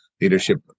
leadership